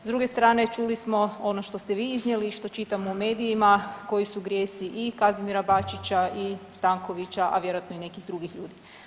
S druge strane čuli smo ono što ste vi iznijeli i što čitamo u medijima koji su grijesi i Kazimira Bačića i Stankovića, a vjerojatno i nekih drugih ljudi.